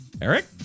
Eric